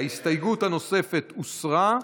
ההסתייגות הנוספת הוסרה,